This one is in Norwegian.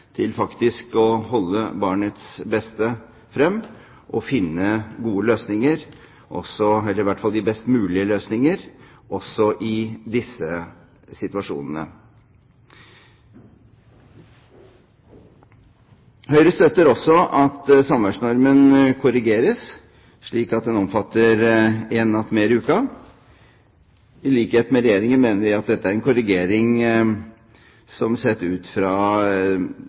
til å holde frem barnets beste og finne gode løsninger – eller i hvert fall de best mulige løsninger – også i disse situasjonene. Høyre støtter også at samværsnormen korrigeres, slik at den omfatter én natt mer i uken. I likhet med Regjeringen mener vi at dette er en korrigering som, sett ut fra